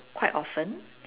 quite often